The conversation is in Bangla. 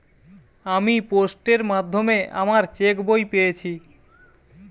আমি পোস্টের মাধ্যমে আমার চেক বই পেয়েছি